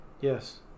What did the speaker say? Yes